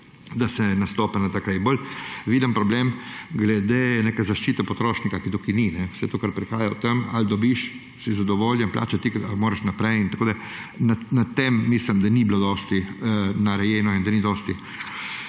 da se nastopa tako. Bolj vidim problem glede neke zaščite potrošnika, ki je tukaj ni. Vse to, kar prihaja, o tem, ali dobiš, si zadovoljen, plačati moraš vnaprej in tako dalje, na tem mislim, da ni bilo dosti narejenega in da ni kaj dosti